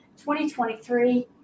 2023